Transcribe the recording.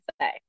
say